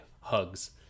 Hugs